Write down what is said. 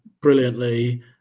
brilliantly